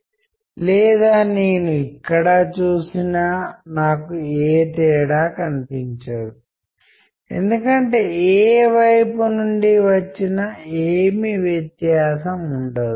చాలా ప్రాథమిక స్థాయిలో నేను ఉపయోగిస్తున్న భాష ఒకఒరిస్సా లేదా పశ్చిమ బెంగాల్ లోని కొన్ని గ్రామీణ ప్రాంతాల ప్రజలకు ఇది అర్థం కాకపోవచ్చు